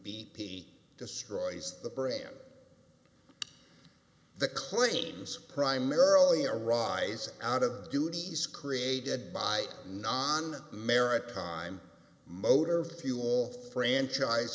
p destroys the brand the claims primarily arising out of the duties created by non maritime motor fuel franchise